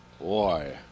Boy